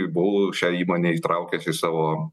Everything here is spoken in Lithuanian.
buvau šią įmonę įtraukęs į savo